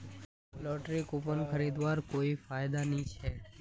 lottery coupon खरीदवार कोई फायदा नी ह छ